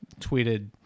tweeted